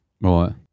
Right